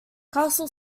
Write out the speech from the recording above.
castle